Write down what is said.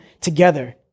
together